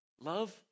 Love